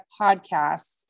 podcasts